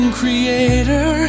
creator